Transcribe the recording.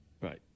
Right